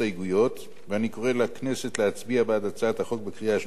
ואני קורא לכנסת להצביע בעד הצעת החוק בקריאה שנייה ובקריאה שלישית